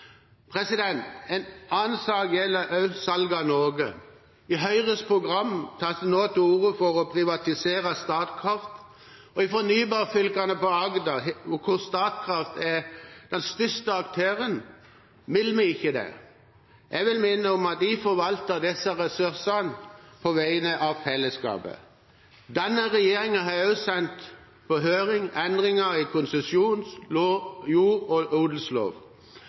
En annen sak gjelder også salg av Norge. I Høyres program tas det nå til orde for å privatisere Statkraft, og i fornybarfylkene på Agder, hvor Statkraft er den største aktøren, vil vi ikke det. Jeg vil minne om at vi forvalter disse ressursene på vegne av fellesskapet. Denne regjeringen har også sendt på høring endringer i konsesjons-, jord- og odelslov.